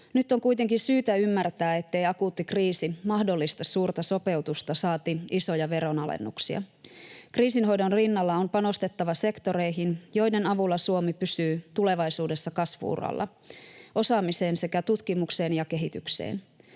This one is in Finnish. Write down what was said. Nyt on kuitenkin syytä ymmärtää, ettei akuutti kriisi mahdollista suurta sopeutusta, saati isoja veronalennuksia. Kriisinhoidon rinnalla on panostettava sektoreihin, joiden avulla Suomi pysyy tulevaisuudessa kasvu-uralla, osaamiseen sekä tutkimukseen ja kehitykseen.